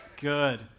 Good